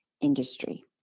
industry